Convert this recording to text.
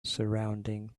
surrounding